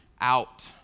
out